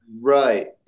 Right